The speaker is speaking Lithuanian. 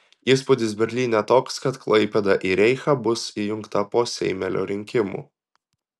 įspūdis berlyne toks kad klaipėda į reichą bus įjungta po seimelio rinkimų